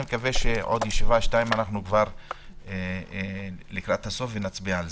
אני מקווה שעוד ישיבה או שתיים נהיה לקראת הסוף ונצביע על זה.